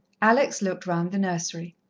alex looked round the nursery.